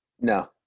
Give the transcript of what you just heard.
No